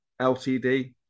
Ltd